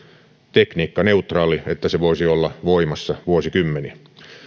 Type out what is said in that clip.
tekniikkaneutraali siksi että se voisi olla voimassa vuosikymmeniä